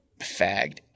fagged